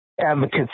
advocates